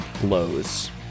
blows